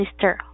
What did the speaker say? Mr